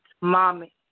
Mommy